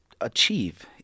achieve